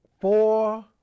four